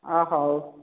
ଅ ହେଉ